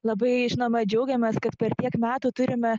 labai žinoma džiaugiamės kad per tiek metų turime